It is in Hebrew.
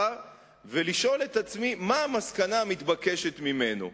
ולשאול את עצמי מה המסקנה המתבקשת ממנו.